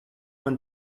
man